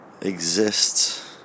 exists